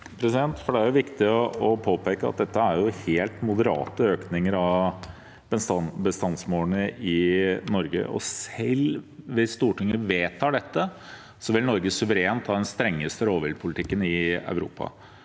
Det er viktig å påpeke at dette er helt moderate økninger av bestandsmålene i Norge, og at selv om Stortinget vedtar dette, vil Norge – suverent – ha den strengeste rovviltpolitikken i Europa.